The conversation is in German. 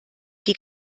die